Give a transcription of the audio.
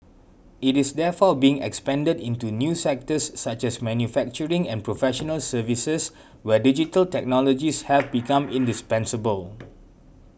it is therefore being expanded into new sectors such as manufacturing and professional services where digital technologies have become indispensable